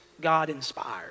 God-inspired